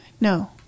No